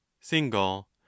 single